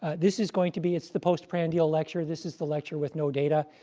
ah this is going to be it's the postprandial lecture. this is the lecture with no data.